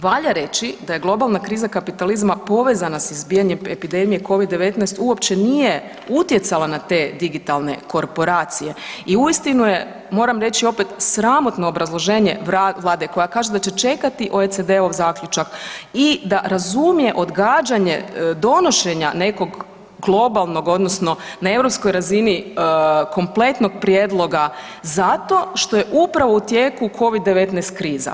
Valja reći da je globalna kriza kapitalizma povezana s izbijanjem epidemije covid-19 uopće nije utjecala na te digitalne korporacije i uistinu je moram reći opet sramotno obrazloženje Vlade koja kaže da će čekati OECD-ov zaključak i da razumije odgađanje donošenja nekog globalnog odnosno na europskoj razini kompletnog prijedloga zato što je upravo u tijeku covid-19 kriza.